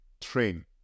train